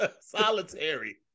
solitary